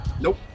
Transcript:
Nope